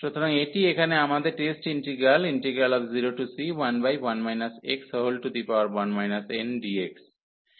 সুতরাং এটি এখানে আমাদের টেস্ট ইন্টিগ্রাল 0c11 ndx